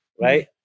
right